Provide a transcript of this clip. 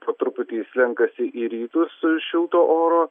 po truputį slenkasi į rytus šilto oro